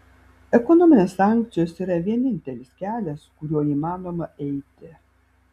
ekonominės sankcijos yra vienintelis kelias kuriuo įmanoma eiti